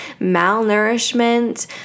malnourishment